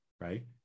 right